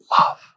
love